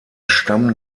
stamm